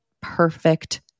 perfect